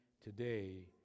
today